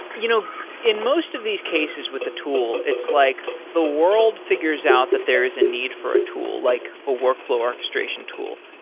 you know in most of these cases with the tool, it's like the world figures out that there is a need for a tool, like a workflow orchestration tool.